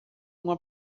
uma